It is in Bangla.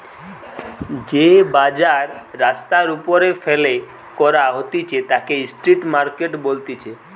যে বাজার রাস্তার ওপরে ফেলে করা হতিছে তাকে স্ট্রিট মার্কেট বলতিছে